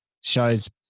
shows